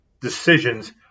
decisions